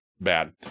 bad